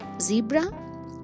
zebra